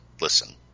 listen